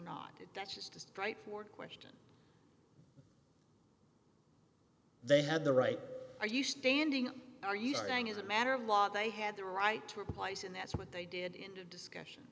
if that's just a straight forward question they had the right are you standing are you saying as a matter of law they had the right to replace and that's what they did in the discussion